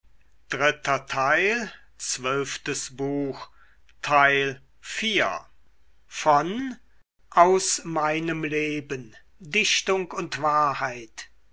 aus meinem leben dichtung und wahrheit